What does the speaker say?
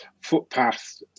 footpath